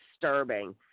disturbing